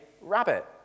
rabbit